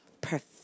perfect